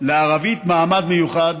לערבית יש מעמד מיוחד,